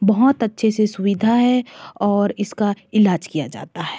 बहुत अच्छे से सुविधा है और इसका इलाज किया जाता है